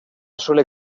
suele